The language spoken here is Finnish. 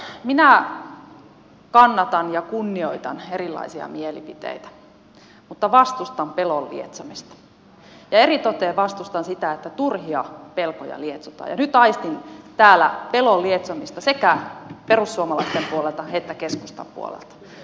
minä kannatan ja kunnioitan erilaisia mielipiteitä mutta vastustan pelon lietsomista ja eritoten vastustan sitä että turhia pelkoja lietsotaan ja nyt aistin täällä pelon lietsomista sekä perussuomalaisten puolelta että keskustan puolelta